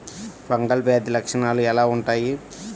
Fungal వ్యాధి లక్షనాలు ఎలా వుంటాయి?